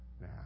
Now